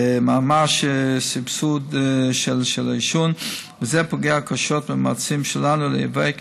ממש סבסוד של העישון וזה פוגע קשות במאמצים שלנו להיאבק